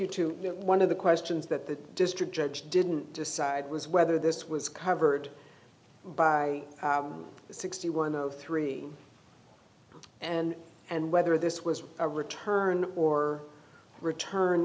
you to one of the questions that the district judge didn't decide was whether this was covered by the sixty one of three and and whether this was a return or return